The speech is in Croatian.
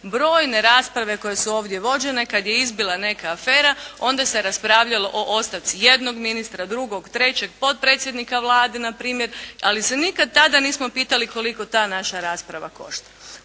brojne rasprave koje su ovdje vođene kad je izbila neka afera, onda se raspravljalo o ostavci jednog ministra, drugog, trećeg, potpredsjednika Vlade npr., ali se nikad tada nismo pitali koliko ta naša rasprava košta.